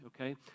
okay